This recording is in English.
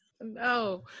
no